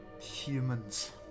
humans